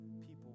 people